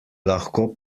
lahko